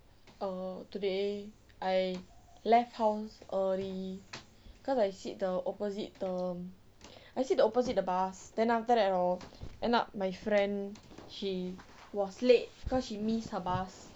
err today I left house early cause I sit the opposite the I sit the opposite the bus then after that hor end up my friend she was late cause she missed her bus